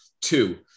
Two